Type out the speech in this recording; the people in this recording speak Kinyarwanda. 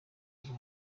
rwo